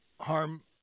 Harm